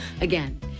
again